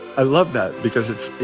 i love that because it's you